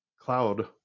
cloud